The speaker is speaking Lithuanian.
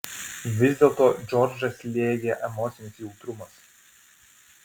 vis dėlto džordžą slėgė emocinis jautrumas